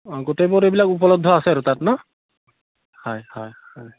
অঁ গোটেইবোৰ এইবিলাক উপলব্ধ আছে আৰু তাত ন হয় হয় হয়